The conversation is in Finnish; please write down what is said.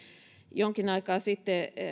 jonkin aikaa sitten